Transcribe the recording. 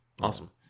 Awesome